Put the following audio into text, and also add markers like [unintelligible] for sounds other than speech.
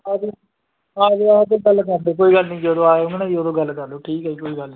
[unintelligible] ਗੱਲ ਕਰਦੇ ਕੋਈ ਗੱਲ ਨਹੀਂ ਜਦੋਂ ਆਇਓ ਨਾ ਉਦੋਂ ਗੱਲ ਕਰ ਲਿਓ ਠੀਕ ਹੈ ਜੀ ਕੋਈ ਗੱਲ ਨਹੀਂ